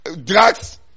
drugs